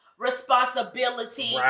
responsibility